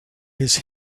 his